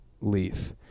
leaf